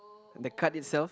the card itself